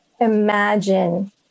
Imagine